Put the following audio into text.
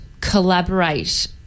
collaborate